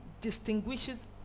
distinguishes